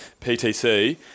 PTC